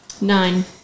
Nine